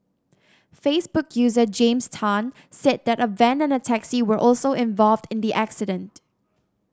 Facebook user James Tan said that a van and a taxi were also involved in the accident